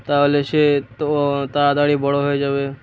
তাহলে সে তো তাড়াতাড়ি বড় হয়ে যাবে